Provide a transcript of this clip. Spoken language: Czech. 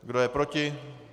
Kdo je proti?